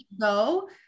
go